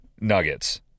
nuggets